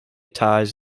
ties